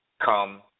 come